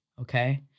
okay